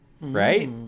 Right